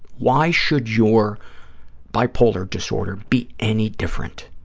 why should your bipolar disorder be any different?